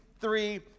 three